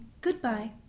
Goodbye